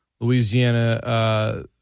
Louisiana